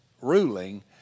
ruling